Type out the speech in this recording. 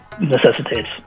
necessitates